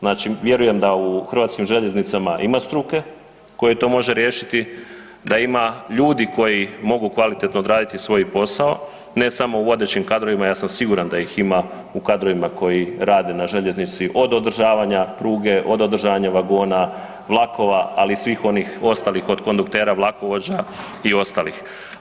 Znači vjerujem da u HŽ ima struke koja to može riješiti, da ima ljudi koji mogu kvalitetno odraditi svoj posao, ne samo u vodećim kadrovima ja sam siguran da ih ima u kadrovima koji rade na željeznici od održavanja pruge, od održavanja vagona, vlakova, ali i svih onih ostalih od konduktera, vlakovođa i ostalih.